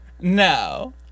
No